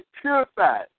purified